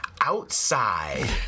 outside